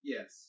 Yes